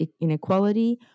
inequality